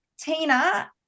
Tina